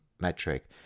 metric